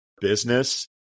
business